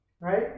right